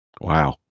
Wow